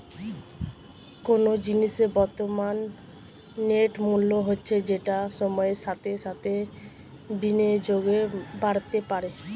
কোনো জিনিসের বর্তমান নেট মূল্য হচ্ছে যেটা সময়ের সাথে সাথে বিনিয়োগে বাড়তে পারে